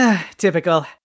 Typical